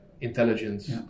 intelligence